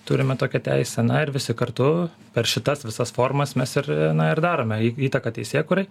turime tokią teisę na ir visi kartu per šitas visas formas mes ir na ir darome į įtaką teisėkūrai